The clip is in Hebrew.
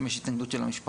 אם יש התנגדות של המשפחה.